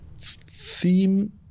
theme